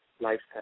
lifestyle